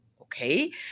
okay